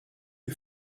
est